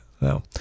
no